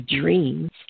dreams